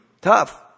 Tough